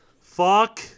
Fuck